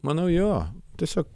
manau jo tiesiog